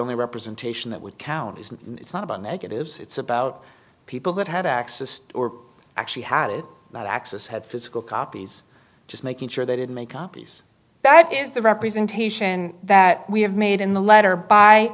only representation that would count as it's not about negatives it's about people that had accessed or actually had it not access had physical copies just making sure they didn't make copies that is the representation that we have made in the letter by